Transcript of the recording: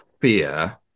fear